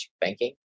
banking